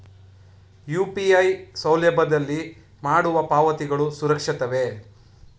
UPI ಸೌಲಭ್ಯದಲ್ಲಿ ಮಾಡುವ ಪಾವತಿಗಳು ಸುರಕ್ಷಿತವೇ?